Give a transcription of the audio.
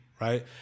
right